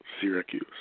Syracuse